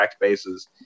bases